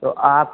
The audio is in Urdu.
تو آپ